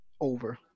Over